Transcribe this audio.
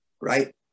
right